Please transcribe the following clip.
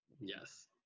Yes